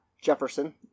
Jefferson